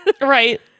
Right